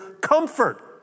comfort